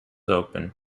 open